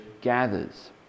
gathers